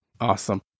Awesome